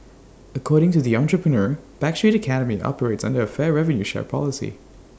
according to the entrepreneur backstreet academy operates under A fair revenue share policy